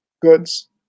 goods